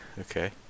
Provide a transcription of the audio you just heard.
okay